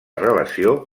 relació